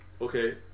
Okay